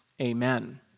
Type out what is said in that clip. amen